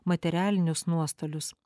materialinius nuostolius